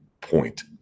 point